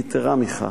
יתירה מכך.